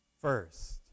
first